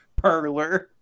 Perler